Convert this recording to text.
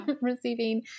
receiving